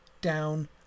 down